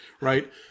right